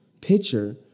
picture